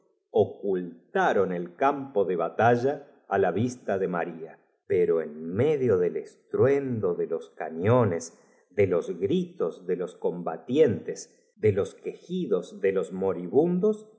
ocultaron el campo de batalla á la vista do maría pero on medio del estruendo de los ca ñones do los gritos de los combatiente s de los quejidos de los moribundos